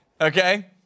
okay